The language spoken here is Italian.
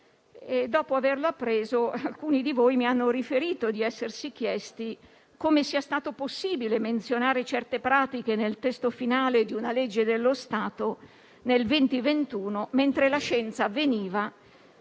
dopo averlo appreso, alcuni di voi mi hanno riferito di essersi chiesti come sia stato possibile menzionare certe pratiche nel testo finale di una legge dello Stato nel 2021, mentre la scienza veniva,